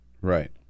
Right